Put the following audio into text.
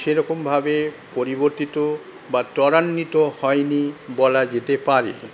সেরকমভাবে পরিবর্তিত বা ত্বরান্বিত হয়নি বলা যেতে পারে